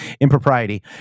impropriety